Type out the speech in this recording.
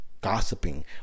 gossiping